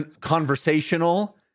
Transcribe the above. conversational